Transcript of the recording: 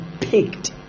picked